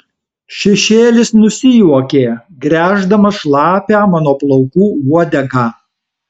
šešėlis nusijuokė gręždamas šlapią mano plaukų uodegą